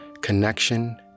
Connection